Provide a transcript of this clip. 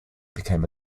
became